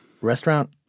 Restaurant